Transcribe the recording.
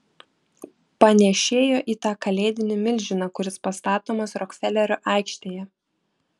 panėšėjo į tą kalėdinį milžiną kuris pastatomas rokfelerio aikštėje